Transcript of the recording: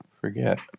forget